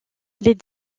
les